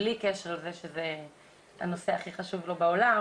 בלי קשר לזה שזה הנושא הכי חשוב לו בעולם,